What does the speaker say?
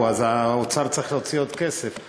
אז האוצר צריך להוציא עוד כסף.